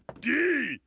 d,